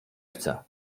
chce